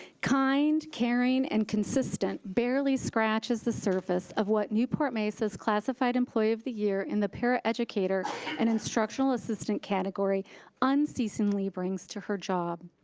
kind, caring, and consistent barely scratches the surface of what newport-mesa's classified employee of the year in the para-educator and instructional assistant category unceasingly brings to her job.